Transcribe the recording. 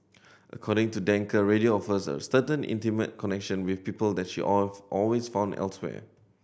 according to Danker radio offers a certain intimate connection with people that she all always found elsewhere